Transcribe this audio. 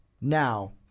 now